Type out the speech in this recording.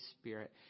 Spirit